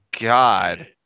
god